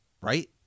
right